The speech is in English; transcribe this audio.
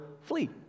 flee